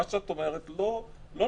מה שאת אומרת לא נכון.